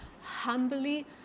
humbly